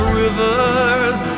rivers